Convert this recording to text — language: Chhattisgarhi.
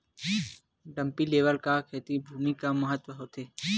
डंपी लेवल का खेती भुमि म का महत्व हावे?